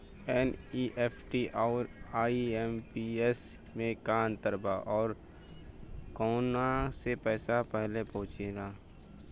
NEFT आउर IMPS मे का अंतर बा और आउर कौना से पैसा पहिले पहुंचेला?